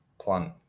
plant